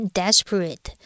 desperate